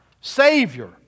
Savior